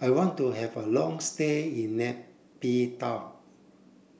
I want to have a long stay in Nay Pyi Taw